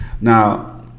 Now